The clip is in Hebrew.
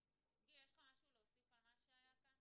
גיל, יש לך משהו להוסיף על מה שהיה כאן?